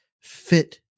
fit